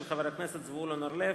של חבר הכנסת זבולון אורלב,